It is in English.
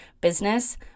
business